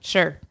Sure